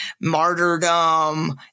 martyrdom